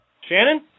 Shannon